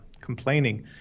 complaining